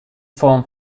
form